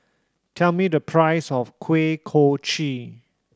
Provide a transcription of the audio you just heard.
tell me the price of Kuih Kochi